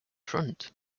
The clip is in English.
front